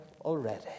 already